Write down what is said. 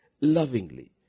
lovingly